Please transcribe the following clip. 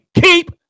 keep